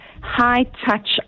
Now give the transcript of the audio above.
high-touch